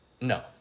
No